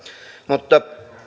mutta